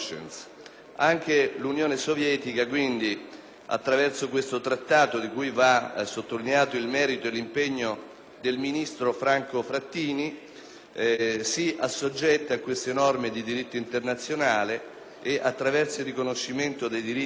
Anche la Federazione russa, quindi, attraverso questo Accordo (in ordine al quale va sottolineato il merito e l'impegno del ministro Franco Frattini), si assoggetta a queste norme di diritto internazionale e, attraverso il riconoscimento dei diritti e